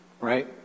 right